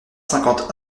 cinquante